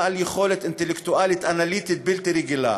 בעל יכולת אינטלקטואלית אנליטית בלתי רגילה.